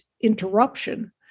interruption